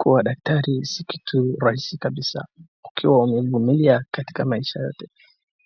Kuwa daktari si kazi rahisi kabisaa, wakiwa wamevumilia katika maisha yote,